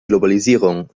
globalisierung